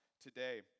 today